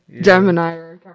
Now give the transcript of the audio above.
Gemini